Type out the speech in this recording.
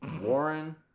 Warren